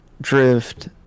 Drift